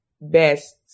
best